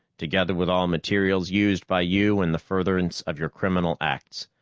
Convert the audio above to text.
together with all material used by you in the furtherance of your criminal acts.